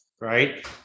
Right